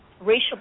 racial